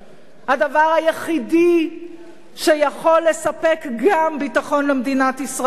הדבר היחידי שיכול לספק גם ביטחון למדינת ישראל,